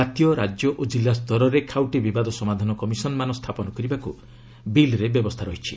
ଜାତୀୟ ରାଜ୍ୟ ଓ କିଲ୍ଲା ସ୍ତରରେ ଖାଉଟି ବିବାଦ ସମାଧାନ କମିଶନମାନ ସ୍ଥାପନ କରିବାକୁ ବିଲ୍ରେ ବ୍ୟବସ୍ଥା ରହିଛି